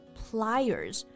pliers